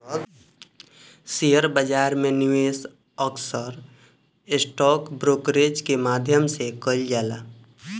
share बाजार में निवेश अक्सर स्टॉक ब्रोकरेज के माध्यम से कईल जाला